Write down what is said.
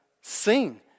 sing